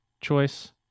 choice